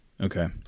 okay